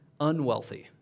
unwealthy